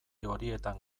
horietan